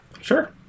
Sure